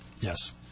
Yes